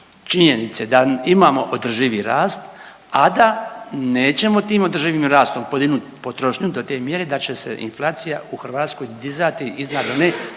činjenice da imamo održivi rast, a da nećemo tim održivim rastom podignut potrošnju do te mjere da će se inflacija u Hrvatskoj dizati iznad one